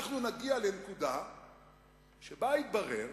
נגיע לנקודה שבה יתברר